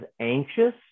anxious